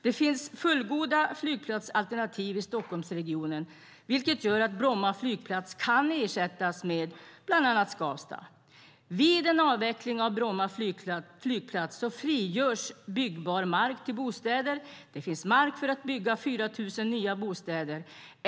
Det finns fullgoda flygplatsalternativ i Stockholmsregionen, vilket gör att Bromma flygplats kan ersättas med bland annat Skavsta. Vid en avveckling av Bromma flygplats frigörs byggbar mark till bostäder. Det finns mark för att bygga 4 000 nya bostäder.